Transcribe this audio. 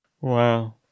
Wow